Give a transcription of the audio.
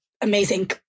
amazing